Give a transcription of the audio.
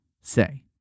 say